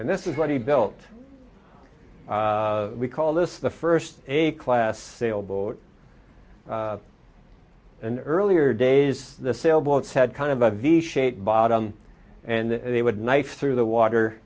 and this is what he built we call this the first a class sail boat and earlier days the sail boats had kind of a v shape bottom and they would knife through the water